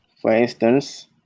for instance,